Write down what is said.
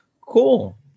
cool